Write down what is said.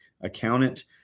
accountant